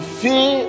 feel